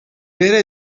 بره